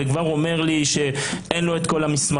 וכבר הוא אומר לי שאין לו את כל המסמכים.